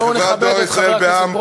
בואו נכבד את חבר הכנסת ברושי.